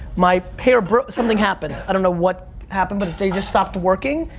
my pair, something happened, i don't know what happened, but they just stopped working.